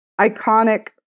iconic